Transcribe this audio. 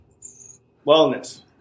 wellness